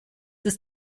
ist